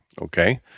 Okay